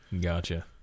Gotcha